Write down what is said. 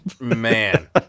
Man